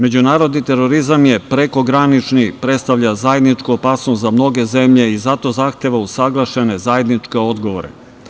Međunarodni terorizam je prekogranični, predstavlja zajedničku opasnost za mnoge zemlje i zato zahteva usaglašene zajedničke odgovore.